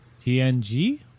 TNG